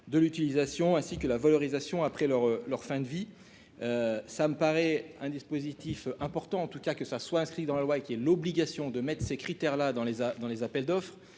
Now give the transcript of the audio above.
de l'utilisation ainsi que la valorisation après leur leur fin de vie, ça me paraît un dispositif important en tout cas, que ça soit inscrit dans la loi qui est l'obligation de mettre ces critères-là dans les a dans les